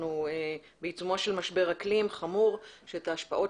אנחנו בעיצומו של משבר אקלים חמור שאת ההשפעות